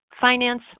finance